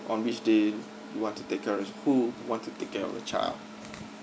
on which day you want to take a rest or you want to take care of the child